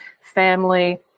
family